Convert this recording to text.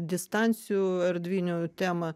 distancijų erdvinių temą